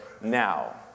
now